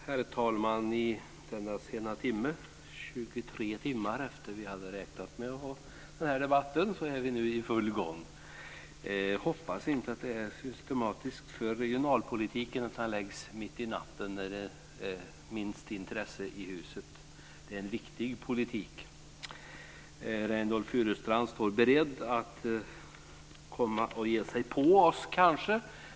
Herr talman! I denna sena timme, 23 timmar efter det att vi hade räknat med att ha denna debatt, är vi nu i full gång. Jag hoppas att det inte är systematiskt för regionalpolitiken att debatten förläggs mitt i natten när det är minst intresse i huset. Det är en viktig politik. Reynoldh Furustrand står beredd att komma och ge sig på oss kanske.